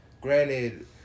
Granted